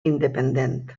independent